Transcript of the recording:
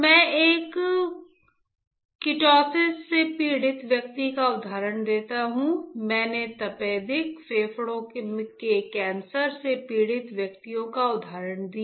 तो मैं एक किटोसिस से पीड़ित व्यक्ति का उदाहरण देता हूं मैंने तपेदिक फेफड़ों के कैंसर से पीड़ित व्यक्ति का उदाहरण दिया